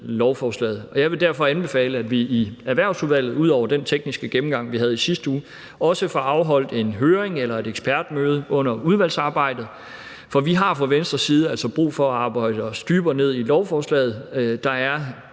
lovforslaget. Jeg vil derfor anbefale, at vi i Erhvervsudvalget ud over den tekniske gennemgang, vi havde i sidste uge, også får afholdt en høring eller et ekspertmøde under udvalgsarbejdet, for vi har altså fra Venstres side brug for at arbejde os dybere ned i lovforslaget. Der er